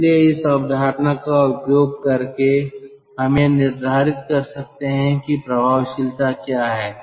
इसलिए इस अवधारणा का उपयोग करके हम यह निर्धारित कर सकते हैं कि प्रभावशीलता क्या है